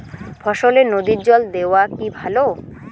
ফসলে নদীর জল দেওয়া কি ভাল?